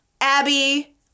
Abby